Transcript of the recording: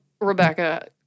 Rebecca